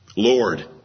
lord